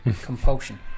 Compulsion